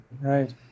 Right